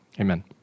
amen